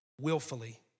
willfully